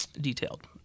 detailed